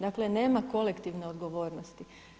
Dakle nema kolektivne odgovornosti.